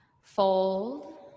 Fold